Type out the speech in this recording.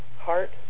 heart